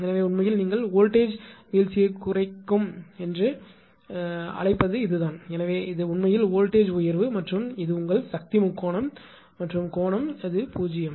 எனவே உண்மையில் நீங்கள் வோல்ட்டேஜ் வீழ்ச்சியைக் குறைக்கும் என்று நீங்கள் அழைப்பது இதுதான் எனவே இது உண்மையில் வோல்ட்டேஜ் உயர்வு மற்றும் இது உங்கள் சக்தி முக்கோணம் மற்றும் கோணம் நிச்சயமாக θ